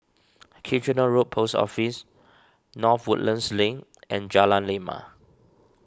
Kitchener Road Post Office North Woodlands Link and Jalan Lima